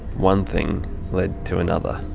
one thing led to another.